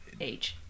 -H